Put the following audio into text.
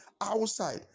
outside